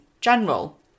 general